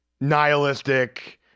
nihilistic